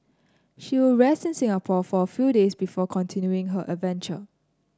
she will rest in Singapore for a few days before continuing her adventure